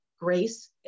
grace